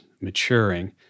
maturing